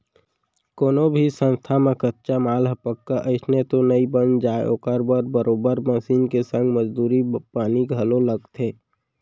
कोनो भी संस्था म कच्चा माल ह पक्का अइसने तो बन नइ जाय ओखर बर बरोबर मसीन के संग मजदूरी पानी घलोक लगथे